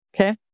Okay